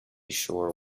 shore